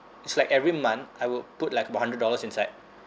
it's like every month I will put like about hundred dollars inside